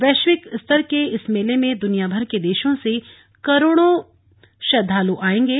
वैश्विक स्तर के इस मेले में दुनिया भर के देशों से करोड़ों श्रद्वालु आएंगे